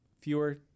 fewer